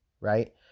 right